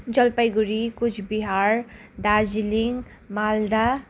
Jalpaiguri Cooch Behar Darjeeling Malda